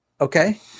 Okay